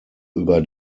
über